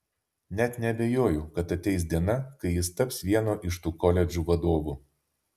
net neabejoju kad ateis diena kai jis taps vieno iš tų koledžų vadovu